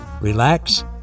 relax